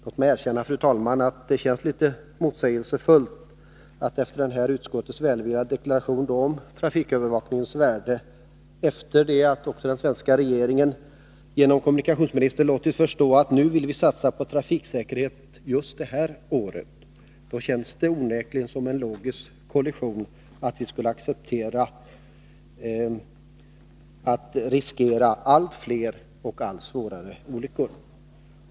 Låt mig erkänna att det känns litet motsägelsefullt och onekligen som en logisk kullerbytta om vi, efter utskottets välvilliga deklaration om trafikövervakningens värde och efter den svenska regering ens — genom kommunikationsministern — tillkännagivande att den nu vill satsa på trafiksäkerhet just detta år, skulle acceptera risken att drabbas av allt fler och allt svårare olyckor.